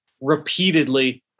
repeatedly